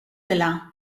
zela